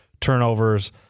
turnovers